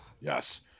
Yes